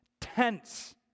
tense